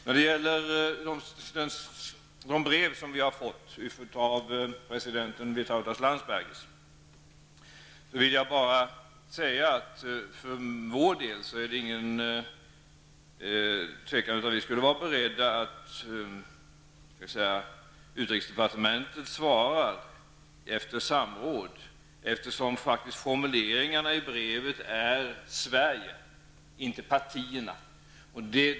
När det gäller det brev som vi har fått från president Vitautas Landsbergis vill jag bara säga att vi för vår del skulle vara beredda att förorda att utrikesdepartementet svarar efter samråd, eftersom formuleringarna i brevet gäller hur Sverige -- inte partierna -- ställer sig.